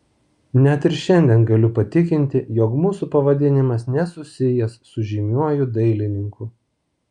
net ir šiandien galiu patikinti jog mūsų pavadinimas nesusijęs su žymiuoju dailininku